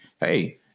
Hey